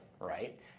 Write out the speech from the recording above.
right